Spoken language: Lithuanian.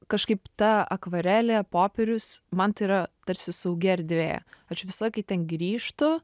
kažkaip ta akvarelė popierius man tai yra tarsi saugi erdvė aš visąlaik į ten grįžtu